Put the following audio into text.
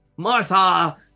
Martha